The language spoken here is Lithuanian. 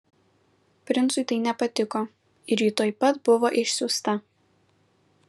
princui tai nepatiko ir ji tuoj pat buvo išsiųsta